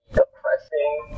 depressing